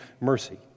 mercy